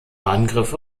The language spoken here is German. angriffe